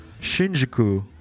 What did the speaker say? shinjuku